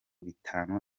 bitanu